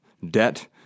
debt